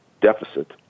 deficit